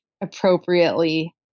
appropriately